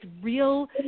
real